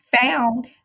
found